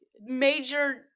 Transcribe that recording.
major